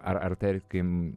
ar ar tarkim